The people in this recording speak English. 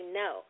no